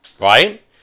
Right